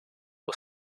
was